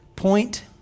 point